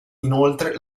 inoltre